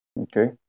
Okay